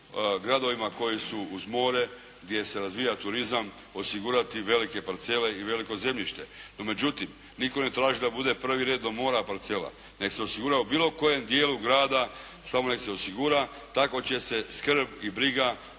gradovima koji su uz more gdje se razvija turizam, osigurati velike parcele i veliko zemljište. No međutim, nitko ne traži da bude prvi red do mora parcela. Neka se osigura u bilo kojem dijelu grada, samo neka se osigura, tako će se skrb i briga za